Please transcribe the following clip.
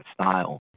style